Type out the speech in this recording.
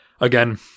again